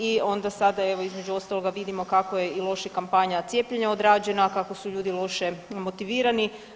I onda sada evo između ostaloga vidimo kako je loša i kampanja cijepljenja odrađena, kako su ljudi loše motivirani.